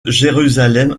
jérusalem